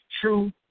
true